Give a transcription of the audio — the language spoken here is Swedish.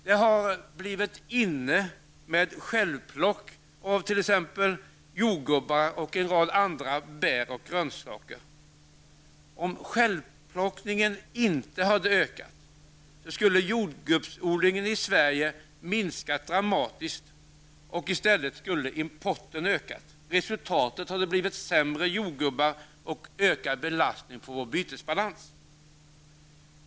Det har ''blivit inne'' med självplock av t.ex. jordgubbar och en rad andra bär och grönsaker. Om självplockningen inte hade ökat, skulle t.ex. jordgubbsodlingen i Sverige ha minskat dramatiskt, och i stället skulle importen ha ökat. Resultat hade blivit sämre jordgubbar och ökad belastning på vår bytesbalans.